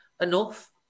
enough